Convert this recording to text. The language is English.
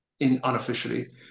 unofficially